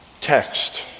text